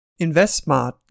InvestSmart